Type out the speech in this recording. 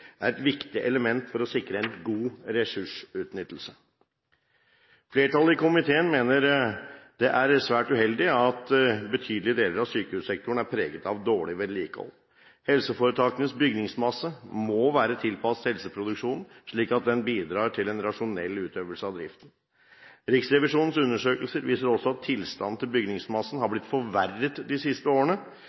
er et viktig element for å sikre god ressursutnyttelse. Flertallet i komiteen mener det er svært uheldig at betydelige deler av sykehussektoren er preget av dårlig vedlikehold. Helseforetakenes bygningsmasse må være tilpasset helseproduksjonen slik at den bidrar til en rasjonell utøvelse av driften. Riksrevisjonens undersøkelse viser også at tilstanden til bygningsmassen har blitt forverret de siste årene.